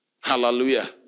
Hallelujah